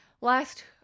last